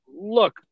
look